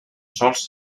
sols